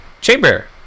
Chamber